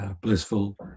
blissful